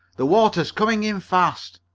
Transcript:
the water's coming in fast!